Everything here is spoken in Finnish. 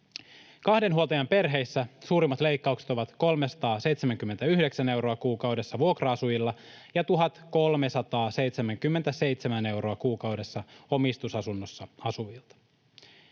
Kahden huoltajan perheissä suurimmat leikkaukset ovat 379 euroa kuukaudessa vuokra-asujilla ja 1 377 euroa kuukaudessa omistusasunnossa asuvilta.